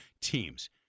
teams